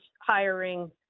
hiring